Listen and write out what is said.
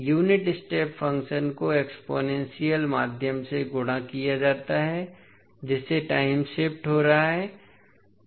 unit step function को exponential माध्यम से गुणा किया जाता है जिससे टाइम शिफ्ट हो रहे हैं